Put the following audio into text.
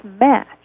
match